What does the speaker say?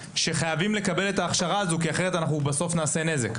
שחייבים לקבל את ההכשרה הזאת כי אחרת אנחנו בסוף נעשה נזק.